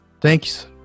thanks